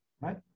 right